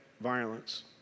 violence